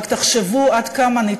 נא